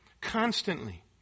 Constantly